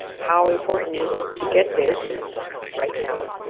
how important is it to get this right now,